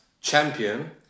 champion